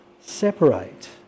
separate